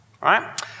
right